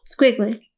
Squiggly